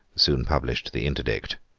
soon published the interdict,